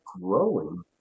growing